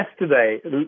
yesterday